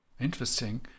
interesting